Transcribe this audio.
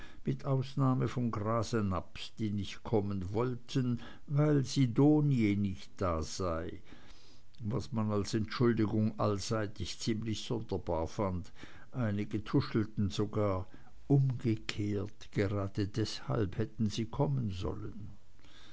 mit ausnahme von grasenabbs die nicht kommen wollten weil sidonie nicht da sei was man als entschuldigung allseitig ziemlich sonderlich fand einige tuschelten sogar umgekehrt gerade deshalb hätten sie kommen sollen